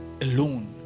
alone